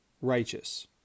righteous